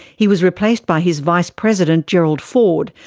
he was replaced by his vice president, gerald ford,